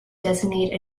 designate